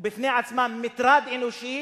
ובפני עצמם מטרד אנושי,